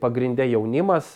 pagrinde jaunimas